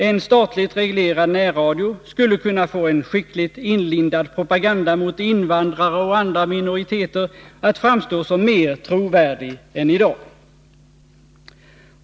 En statligt reglerad närradio skulle kunna få en skickligt inlindad propaganda mot invandrare och andra minoriteter att framstå som mer trovärdig än i dag.